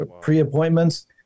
pre-appointments